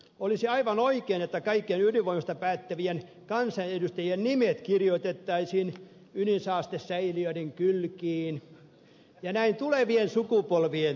olisi aivan oikein että kaikkien ydinvoimasta päättävien kansanedustajien nimet kirjoitettaisiin ydinsaastesäiliöiden kylkiin ja näin tulevien sukupolvien tietoon